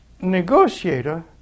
negotiator